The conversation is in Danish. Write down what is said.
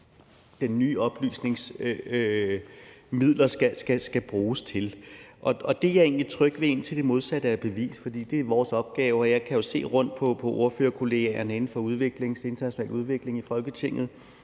det, de skal bruges til, og det er jeg egentlig tryg ved, indtil det modsatte er bevist, for det er vores opgave. Jeg kan jo se rundt på ordførerkollegerne inden for international udvikling i Folketinget,